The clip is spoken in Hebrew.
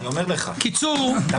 שלושה בעד, ארבעה נגד, אין נמנעים.